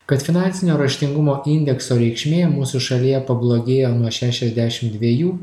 kad finansinio raštingumo indekso reikšmė mūsų šalyje pablogėjo nuo šešiasdešim dviejų